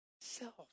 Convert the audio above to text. self